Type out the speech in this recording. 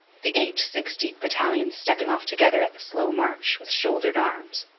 the eight six-deep battalions stepping off together at the slow march, with shouldered arms.